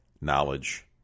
knowledge